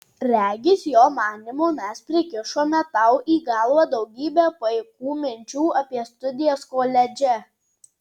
regis jo manymu mes prikimšome tau į galvą daugybę paikų minčių apie studijas koledže